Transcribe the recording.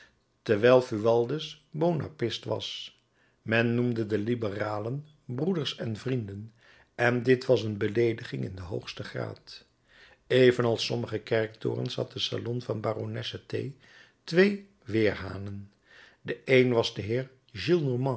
wijl fualdès buonapartist was men noemde de liberalen broeders en vrienden en dit was een beleediging in den hoogsten graad evenals sommige kerktorens had de salon der baronesse t twee weerhanen de een was de heer